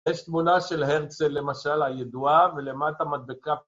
יש תמונה של הרצל למשל הידועה ולמטה מדבקה.